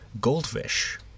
Goldfish